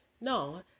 no